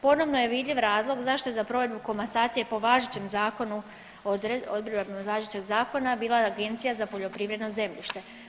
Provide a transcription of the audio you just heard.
Ponovno je vidljiv razlog zašto je za provedbu komasacije po važećem zakonu odredba važećeg zakona bila Agencija za poljoprivredno zemljište.